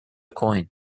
coin